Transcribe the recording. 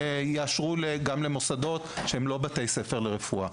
יאשרו גם למוסדות שהם לא בתי ספר לרפואה.